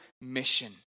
mission